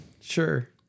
Sure